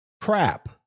crap